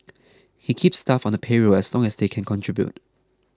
he keeps staff on the payroll as long as they can contribute